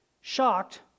Shocked